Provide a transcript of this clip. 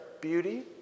beauty